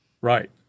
Right